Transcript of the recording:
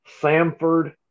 Samford